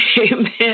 Amen